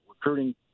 recruiting